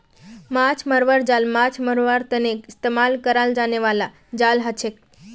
माछ मरवार जाल माछ मरवार तने इस्तेमाल कराल जाने बाला जाल हछेक